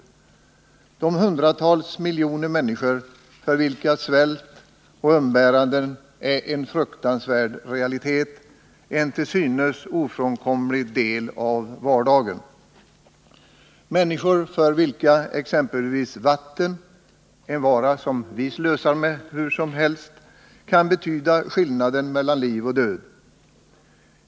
Det finns hundratals miljoner människor för vilka svält och undernäring är en fruktansvärd realitet och en till synes ofrånkomlig del av vardagen. Det finns människor för vilka exempelvis vatten — en vara som vi slösar med hur som helst — kan betyda skillnaden mellan liv och död.